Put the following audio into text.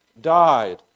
died